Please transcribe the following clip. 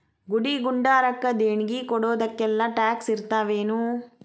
ಗುಡಿ ಗುಂಡಾರಕ್ಕ ದೇಣ್ಗಿ ಕೊಡೊದಕ್ಕೆಲ್ಲಾ ಟ್ಯಾಕ್ಸ್ ಇರ್ತಾವೆನು?